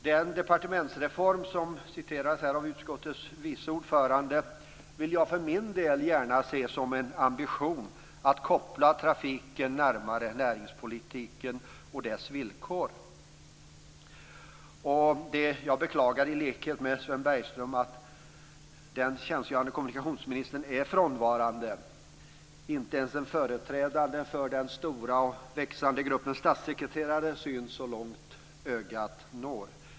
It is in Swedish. Den departementsreform som citerades av utskottets vice ordförande vill jag för min del gärna se som en ambition att koppla trafiken närmare näringspolitiken och dess villkor. Jag beklagar i likhet med Sven Bergström att den tjänstgörande kommunikationsministern är frånvarande. Inte ens en företrädare för den stora och växande gruppen statssekreterare syns så långt ögat når.